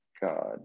God